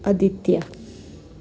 Aditya